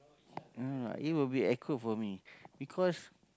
no no no it'll be awkward for me because